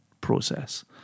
process